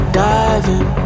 diving